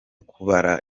kubara